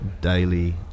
daily